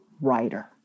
writer